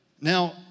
Now